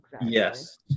yes